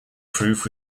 proof